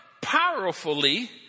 Powerfully